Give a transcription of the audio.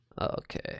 okay